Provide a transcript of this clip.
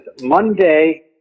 Monday